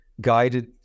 guided